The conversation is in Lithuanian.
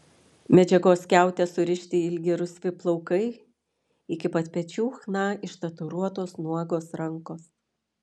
medžiagos skiaute surišti ilgi rusvi plaukai iki pat pečių chna ištatuiruotos nuogos rankos